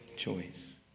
choice